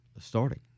starting